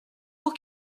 pour